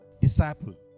disciple